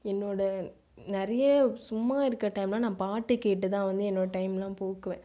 என்னோட நிறைய சும்மா இருக்க டைமில் நான் பாட்டு கேட்டு தான் வந்து என்னோடய டைம்லாம் போக்குவேன்